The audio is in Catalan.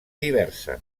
diversa